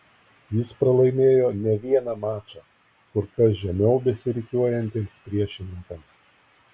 jis pralaimėjo ne vieną mačą kur kas žemiau besirikiuojantiems priešininkams